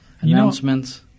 announcements